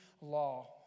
law